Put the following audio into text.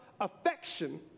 affection